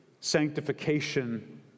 sanctification